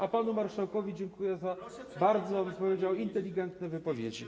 A panu marszałkowi dziękuję za bardzo, bym powiedział, inteligentne wypowiedzi.